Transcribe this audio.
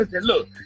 Look